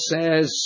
says